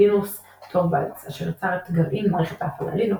לינוס טורבאלדס אשר יצר את גרעין מערכת ההפעלה לינוקס,